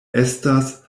estas